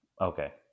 Okay